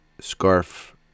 scarf